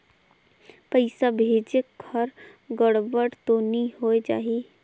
पइसा भेजेक हर गड़बड़ तो नि होए जाही?